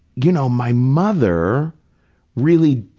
you know, my mother really